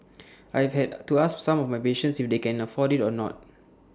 I have had to ask some of my patients if they can afford IT or not